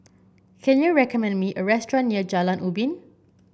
can you recommend me a restaurant near Jalan Ubin